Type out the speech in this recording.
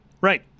Right